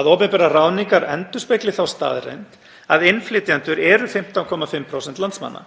að opinberar ráðningar endurspegli þá staðreynd að innflytjendur eru 15,5% landsmanna.